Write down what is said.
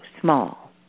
small